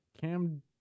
Cam